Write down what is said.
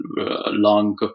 long